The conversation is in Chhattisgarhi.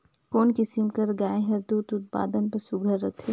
कोन किसम कर गाय हर दूध उत्पादन बर सुघ्घर रथे?